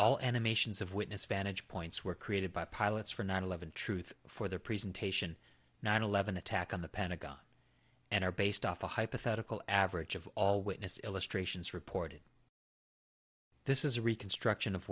all animations of witness vantage points were created by pilots for nine eleven truth for their presentation nine eleven attack on the pentagon and are based off a hypothetical average of all witness illustrations reported this is a reconstruction of